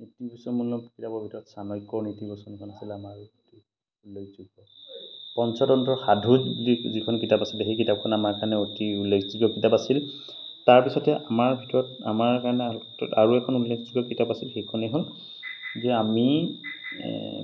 নীতি বচনমূলক কিতাপৰ ভিতৰত চাণক্য়ৰ নীতি বচনখন আছিল আমাৰ অতি উল্লেখযোগ্য পঞ্চতন্ত্ৰৰ সাধু বুলি যিখন কিতাপ আছিলে সেই কিতাপখন আমাৰ কাৰণে অতি উল্লেখযোগ্য কিতাপ আছিল তাৰপিছতে আমাৰ ভিতৰত আমাৰ কাৰণে আৰু আৰু এখন উল্লেখযোগ্য কিতাপ আছিল সেইখনেই হ'ল যে আমি